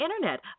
Internet